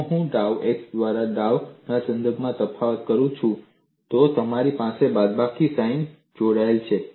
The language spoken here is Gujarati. જો હું ડાઉ x દ્વારા ડાઉના સંદર્ભમાં તફાવત કરું છું તો તમારી સાથે બાદબાકી સાઇન જોડાયેલ છે